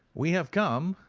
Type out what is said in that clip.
we have come,